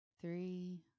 three